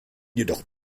jedoch